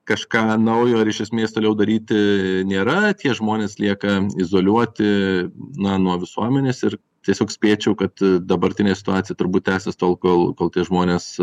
kažką naujo ar iš esmės toliau daryti nėra tie žmonės lieka izoliuoti na nuo visuomenės ir tiesiog spėčiau kad dabartinė situacija turbūt tęsis tol kol kol tie žmonės